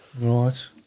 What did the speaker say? right